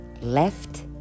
left